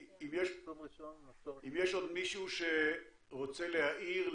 אם יש עוד מישהו שרוצה להעיר,